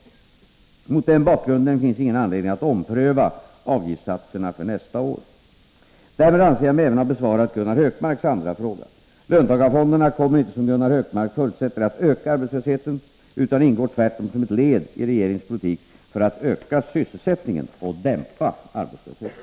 Mot denna bakgrund finns ingen anledning att ompröva avgiftssatserna för nästa år. Därmed anser jag mig även ha besvarat Gunnar Hökmarks andra fråga. Löntagarfonderna kommer inte som Gunnar Hökmark förutsätter att öka arbetslösheten utan ingår tvärtom som ett led i regeringens politik för att öka sysselsättningen och dämpa arbetslösheten.